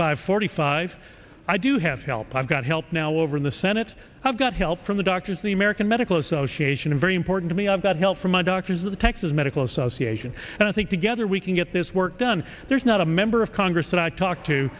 five forty five i do have help i've got help now over in the senate i've got help from the doctors the american medical association a very important to me i've got help from my doctors the texas medical association and i think together we can get this work done there's not a member of congress that i talk to